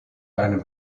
einem